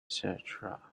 cetera